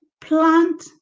plant